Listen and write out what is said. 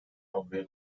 avroya